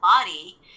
body